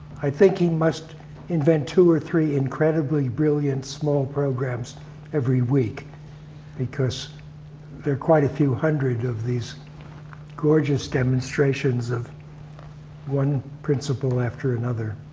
i think he must invent two or three incredibly brilliant small programs every week because there are quite a few hundred of these gorgeous demonstrations of one principle after another.